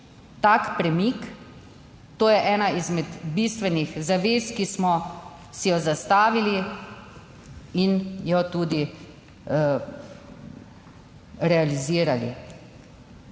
tak premik. To je ena izmed bistvenih zavez, ki smo si jo zastavili in jo tudi realizirali.